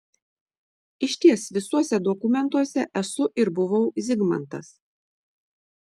išties visuose dokumentuose esu ir buvau zigmantas